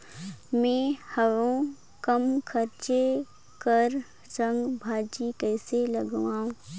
मैं हवे कम खर्च कर साग भाजी कइसे लगाव?